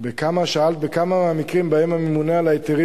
שאלת בכמה מהמקרים שבהם הממונה על ההיתרים